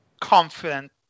confident